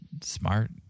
smart